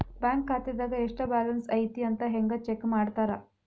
bank ಖಾತೆದಾಗ ಎಷ್ಟ balance ಐತಿ ಅಂತ ಹೆಂಗ ಚೆಕ್ ಮಾಡ್ತಾರಾ